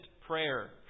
prayer